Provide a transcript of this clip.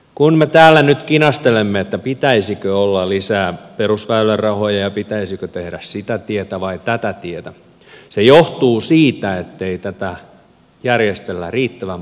kun me täällä nyt kinastelemme pitäisikö olla lisää perusväylärahoja ja pitäisikö tehdä sitä tietä vai tätä tietä se johtuu siitä ettei tätä järjestellä riittävän parlamentaarisesti